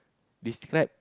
describe